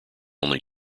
only